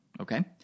Okay